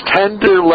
tender